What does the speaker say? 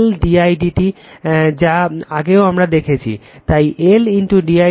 L d i d t যা earLierও দেখেছে তাই L d i d t